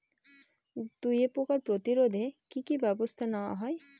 দুয়ে পোকার প্রতিরোধে কি কি ব্যাবস্থা নেওয়া হয়?